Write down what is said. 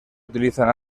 utilizan